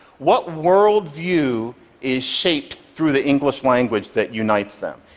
what worldview is shaped through the english language that unites them?